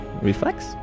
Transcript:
Reflex